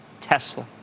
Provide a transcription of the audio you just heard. Tesla